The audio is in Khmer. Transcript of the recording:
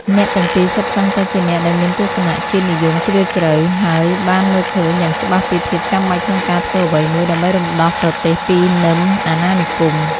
អ្នកទាំងពីរសុទ្ធសឹងតែជាអ្នកដែលមានទស្សនៈជាតិនិយមជ្រាលជ្រៅ ហើយបានមើលឃើញយ៉ាងច្បាស់ពីភាពចាំបាច់ក្នុងការធ្វើអ្វីមួយដើម្បីរំដោះប្រទេសពីនឹមអាណានិគម។